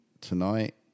tonight